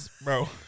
bro